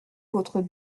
votre